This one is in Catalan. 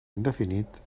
indefinit